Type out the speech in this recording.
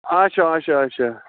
آچھا آچھا آچھا